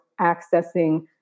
accessing